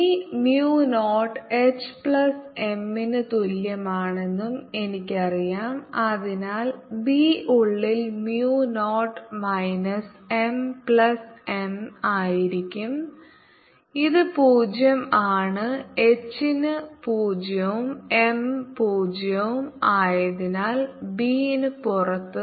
B mu 0 H plus M ന് തുല്യമാണെന്നും എനിക്കറിയാം അതിനാൽ B ഉള്ളിൽ mu 0 minus M plus M ആയിരിക്കും അത് 0 ആണ് H ന് 0 ഉം M 0 ഉം ആയതിനാൽ B ന് പുറത്ത്